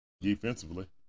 defensively